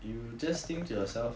you just think to yourself